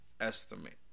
estimate